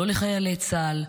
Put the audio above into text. לא לחיילי צה"ל,